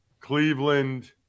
Cleveland-